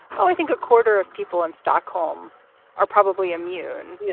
um i think a quarter of people in stockholm are probably immune. yeah